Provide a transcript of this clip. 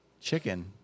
Chicken